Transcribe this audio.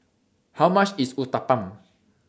How much IS Uthapam